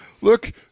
Look